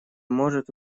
может